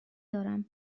دارم